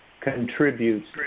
contributes